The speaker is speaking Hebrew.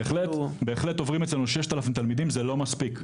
בהחלט, עוברים אצלנו 6000 תלמידים זה לא מספיק.